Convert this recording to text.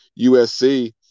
USC